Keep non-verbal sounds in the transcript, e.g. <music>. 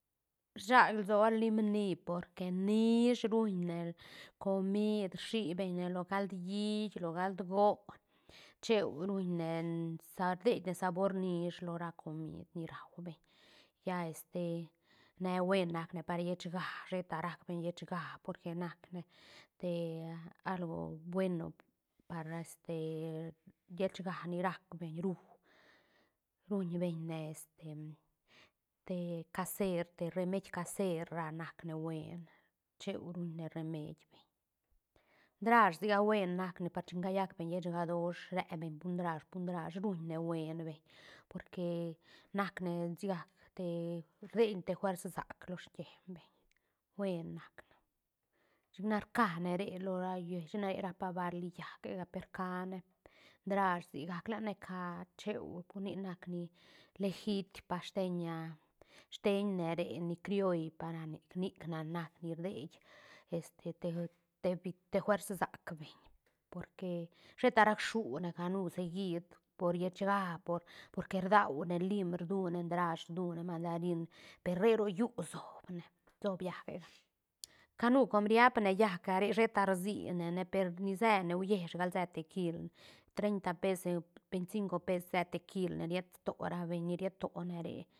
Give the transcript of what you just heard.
Rsag lsoa lim ni porque nish ruñ ne comid rshi beñne lo cald hiit lo cald goon cheu ruñ nen <hesitation> sa rdey ne sabor nish lo ra comid ni raubeñ lla este ne uen nac ne par llechga sheta rac beñ llechga porque nac ne te a algo bueno par este <hesitation> llechga ni rac beñ rú ruñ beñ ne este te casér te remeid casér ra nac ne uen cheu ruñne remeid beñ ndrash sigac uen nacne china callac beñ llechga dosh rebeñ pur ndrash pur ndrash ruñne huen beñ porque nac ne sigac te rdieñne te fuers sac lo skien beñ uen nac ne chic na rcane re lo ra lliech na re rapa vali llaäc quega per cane ndrash sigac lane ca cheu pur nic nac ni legitpa steñ a steñ ne re ni crioll pa ra nic nic na- nac ni rdeit este te- te vit fuers sac beñ porque sheta rac shune canu seguit por llechga por- porque rduane lim rdune ndrash rdune mandarin per re ro llú sobne sob llaä ge ga canu com riapne llaga re sheta rsi ne ne per ni sene huiesh gal se te kilne treinta pes veinte cinco pes se te kilne riet to ra beñ ni riet to ne re